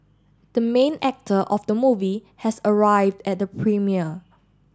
the main actor of the movie has arrived at the premiere